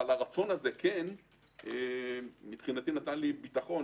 אבל הרצון שלהם נתן לי ביטחון,